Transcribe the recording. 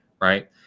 right